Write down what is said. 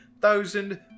thousand